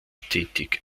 tätig